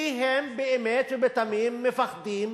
כי הם באמת ובתמים מפחדים